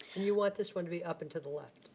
we want this one to be up and to the left?